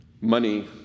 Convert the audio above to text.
Money